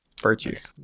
Virtues